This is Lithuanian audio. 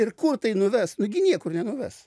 ir kur tai nuves nugi niekur nenuves